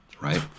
right